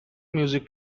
music